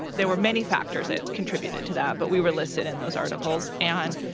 there were many factors that contributed to that. but we were listed in those articles. and,